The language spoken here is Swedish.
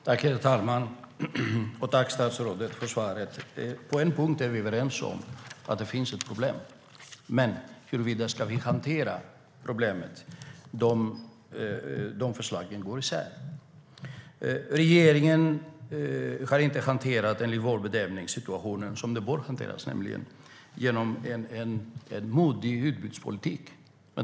Herr talman! Tack, statsrådet, för svaret! På en punkt är vi överens, att det finns ett problem. Men när det gäller hur vi ska hantera problemet går förslagen isär. Regeringen har, enligt vår bedömning, inte hanterat situationen som den borde hanteras, nämligen genom en modig utbudspolitik.